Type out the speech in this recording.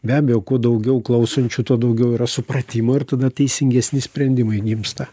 be abejo kuo daugiau klausančių tuo daugiau yra supratimo ir tada teisingesni sprendimai gimsta